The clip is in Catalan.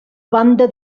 banda